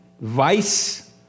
vice